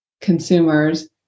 consumers